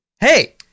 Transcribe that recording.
Hey